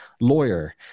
lawyer